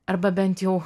arba bent jau